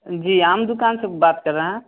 जी आम दुकान से बात कर रहे हैं